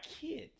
kids